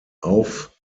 auf